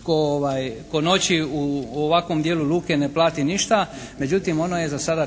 tko noći u ovakvom dijelu luke ne plati ništa, međutim ono je za sada